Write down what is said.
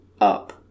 up